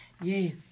Yes